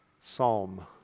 Psalm